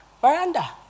Veranda